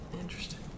Interesting